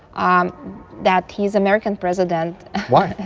um that he is american president why?